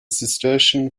cistercian